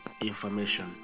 information